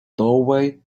doorway